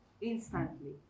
instantly